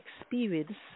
experience